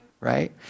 right